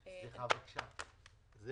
אני